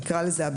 נקרא לזה,